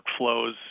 workflows